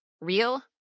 real